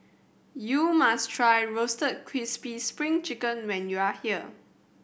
you must try Roasted Crispy Spring Chicken when you are here